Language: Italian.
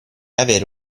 avere